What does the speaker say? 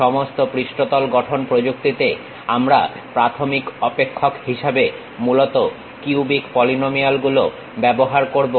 সমস্ত পৃষ্ঠতল গঠন প্রযুক্তিতে আমরা প্রাথমিক অপেক্ষক হিসেবে মূলত কিউবিক পলিনোমিয়াল গুলো ব্যবহার করবো